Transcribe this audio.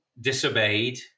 disobeyed